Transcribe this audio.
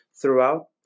throughout